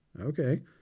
Okay